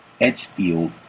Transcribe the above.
edgefield